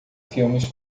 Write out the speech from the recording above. filmes